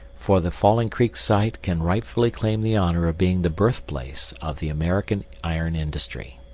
for the falling creek site can rightfully claim the honor of being the birthplace of the american iron industry.